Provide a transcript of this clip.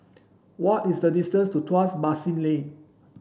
what is the distance to Tuas Basin Lane